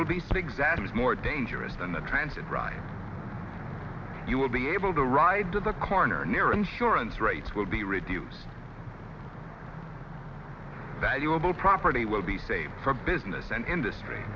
is more dangerous than the transit drive you will be able to ride to the corner near insurance rates will be reduced value of the property will be saved for business and industry